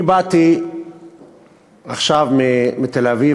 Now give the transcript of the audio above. אני באתי עכשיו מתל-אביב.